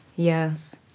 Yes